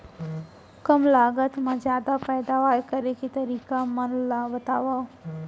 कम लागत मा जादा पैदावार करे के तरीका मन ला बतावव?